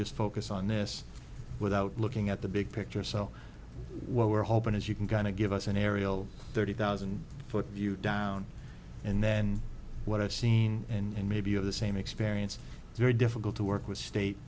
just focus on this without looking at the big picture so what we're hoping is you can kind of give us an aerial thirty thousand foot view down and then what i've seen in maybe of the same experience very difficult to work with state